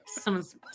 Someone's